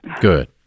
Good